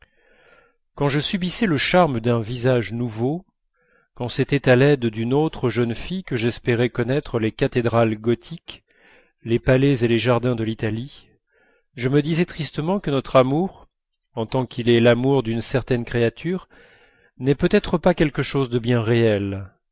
quand je subissais le charme d'un visage nouveau quand c'était à l'aide d'une autre jeune fille que j'espérais connaître les cathédrales gothiques les palais et les jardins de l'italie je me disais tristement que notre amour en tant qu'il est l'amour d'une certaine créature n'est peut-être pas quelque chose de bien réel